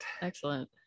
excellent